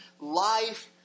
life